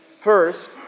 First